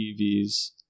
EVs